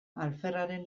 alferraren